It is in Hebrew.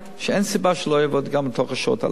שאין סיבה שלא יעבוד גם לתוך שעות הלילה.